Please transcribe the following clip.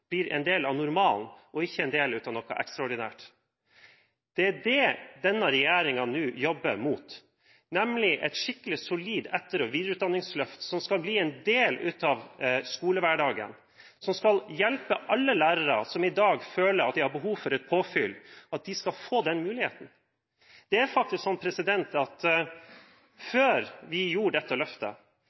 blir en del av normalen og ikke en del av noe ekstraordinært. Det er det denne regjeringen nå jobber inn mot, nemlig et skikkelig, solid etter- og videreutdanningsløft som skal bli en del av skolehverdagen, som skal hjelpe alle lærere som i dag føler at de har behov for påfyll, til å få den muligheten. Før vi foretok dette løftet,